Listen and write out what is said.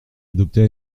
adopté